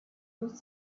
used